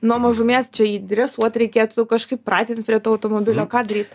nuo mažumės čia jį dresuot reikėtų kažkaip pratint prie to automobilio ką daryt